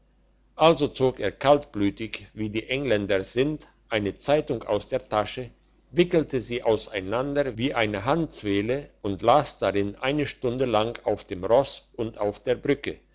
also zog er kaltblütig wie die engländer sind eine zeitung aus der tasche wickelte sie auseinander wie eine handzwehle und las darin eine stunde lang auf dem ross und auf der brücke